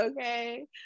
okay